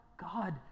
God